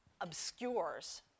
obscures